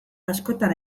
askotan